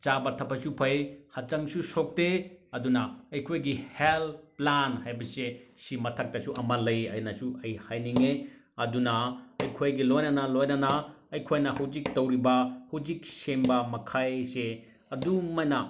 ꯆꯥꯕ ꯊꯛꯄꯁꯨ ꯐꯩ ꯍꯛꯆꯥꯁꯨ ꯁꯣꯛꯇꯦ ꯑꯗꯨꯅ ꯑꯩꯈꯣꯏꯒꯤ ꯍꯦꯜ ꯄ꯭ꯂꯥꯟ ꯍꯥꯏꯕꯁꯦ ꯁꯤ ꯃꯊꯛꯇꯁꯨ ꯑꯃ ꯂꯩ ꯑꯩꯅꯁꯨ ꯑꯩ ꯍꯥꯏꯅꯤꯡꯉꯤ ꯑꯗꯨꯅ ꯑꯩꯈꯣꯏꯒꯤ ꯂꯣꯏꯅꯅ ꯂꯣꯏꯅꯅ ꯑꯩꯈꯣꯏꯅ ꯍꯧꯖꯤꯛ ꯇꯧꯔꯤꯕ ꯍꯧꯖꯤꯛ ꯁꯦꯡꯕ ꯃꯈꯩꯁꯦ ꯑꯗꯨꯃꯥꯏꯅ